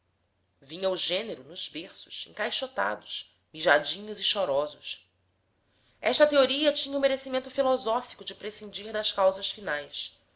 vinha o gênero nos berços encaixotados mijadinhos e chorosos esta teoria tinha o merecimento filosófico de prescindir das causas finais